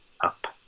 up